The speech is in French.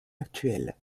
actuel